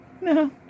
No